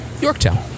Yorktown